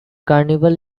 carnival